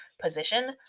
position